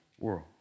world